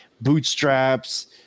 bootstraps